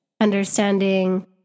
understanding